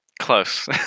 Close